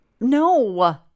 No